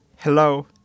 Hello